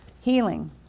healing